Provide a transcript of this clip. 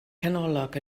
canolog